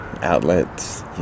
outlets